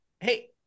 hey